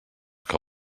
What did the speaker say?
que